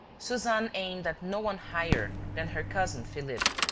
suzanne aimed at no one higher than her cousin philippe,